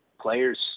players